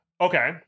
Okay